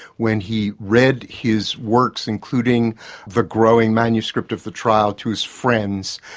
when he read his works including the growing manuscript of the trial to his friends,